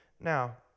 Now